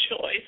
choice